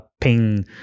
ping